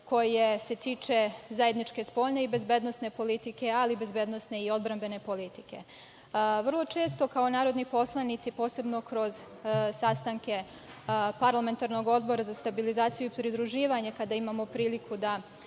koje se tiče zajedničke spoljne i bezbednosne politike, ali i bezbednosne i odbrambene politike. Vrlo često, kao narodni poslanici, posebno kroz sastanke parlamentarnog odbora za stabilizaciju i pridruživanje, kada imamo priliku da